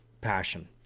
passion